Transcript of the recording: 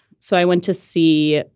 so i went to see,